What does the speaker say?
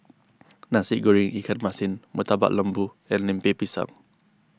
Nasi Goreng Ikan Masin Murtabak Lembu and Lemper Pisang